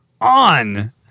on